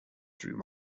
through